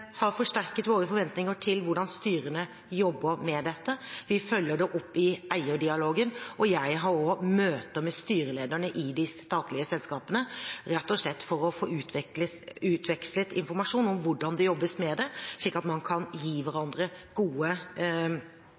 har forsterket våre forventninger til hvordan styrene jobber med dette. Vi følger det opp i eierdialogen, og jeg har også møter med styrelederne i de statlige selskapene rett og slett for å få utvekslet informasjon om hvordan det jobbes med det, slik at man kan gi hverandre gode